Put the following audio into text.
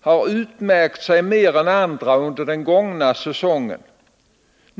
har utmärkt sig mer än andra under den gångna säsongen.